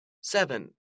Seven